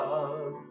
Love